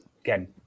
again